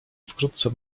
wkrótce